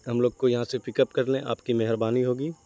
ہم لوگ کو یہاں سے پک اپ کر لیں آپ کی مہربانی ہوگی